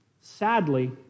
Sadly